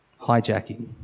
Hijacking